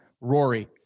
Rory